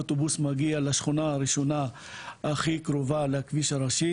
אוטובוס מגיע לשכונה הראשונה הכי קרובה לכביש הראשי